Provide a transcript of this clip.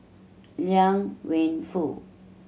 Liang Wenfu